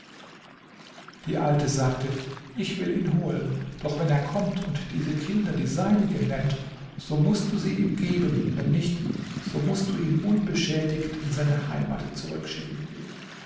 die alte sagte ich will ihn holen doch wenn er kommt und diese kinder die seinigen nennt so mußt du sie ihm geben wenn nicht so mußt du ihn unbeschädigt in seine heimat zurückschicken